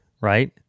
right